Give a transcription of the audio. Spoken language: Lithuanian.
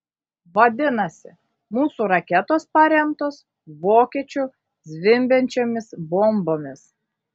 vadinasi mūsų raketos paremtos vokiečių zvimbiančiomis bombomis